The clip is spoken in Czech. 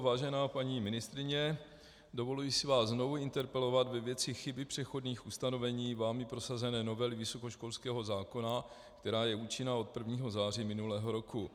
Vážená paní ministryně, dovoluji si vás znovu interpelovat ve věci chyby přechodných ustanovení vámi prosazené novely vysokoškolského zákona, která je účinná od 1. září minulého roku.